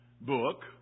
book